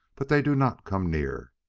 but they do not come near.